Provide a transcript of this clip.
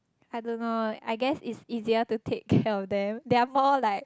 I don't know I guess it's easier to take care of them they are more like